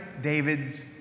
David's